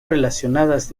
relacionadas